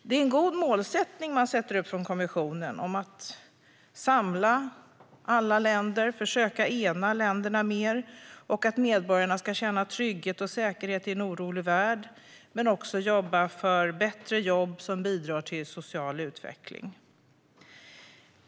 Det är en god målsättning man från kommissionens sida sätter upp om att samla alla länder, att försöka ena länderna mer, att medborgarna ska känna trygghet och säkerhet i en orolig värld och att arbeta för bättre jobb som bidrar till social utveckling.